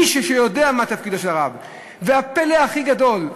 מישהו שיודע מה תפקידו של הרב, והפלא הכי גדול,